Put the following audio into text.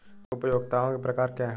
उपयोगिताओं के प्रकार क्या हैं?